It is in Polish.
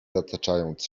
zataczając